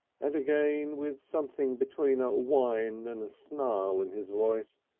and again, with something between a whine and a snarl in his voice,